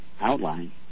outline